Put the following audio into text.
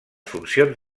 funcions